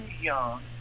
Young